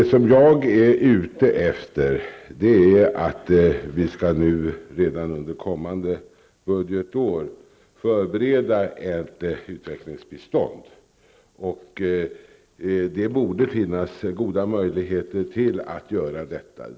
Herr talman! Jag menar att vi redan under kommande budgetår skall förbereda ett utvecklingsbistånd. Det borde finnas goda möjigheter att göra detta.